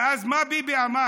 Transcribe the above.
ואז מה ביבי אמר?